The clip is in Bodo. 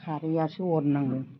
खारैयासो अरनांगोन